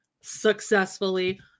successfully